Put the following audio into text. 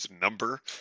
number